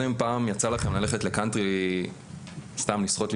אני לא יודע אם פעם יצא לכם ללכת לקאנטרי סתם לשחות,